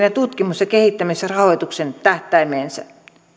ja tutkimus ja kehittämisrahoituksen tähtäimeensä